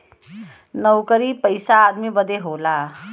नउकरी पइसा आदमी बदे होला